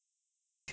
ya